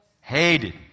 Hated